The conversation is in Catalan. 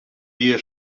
dia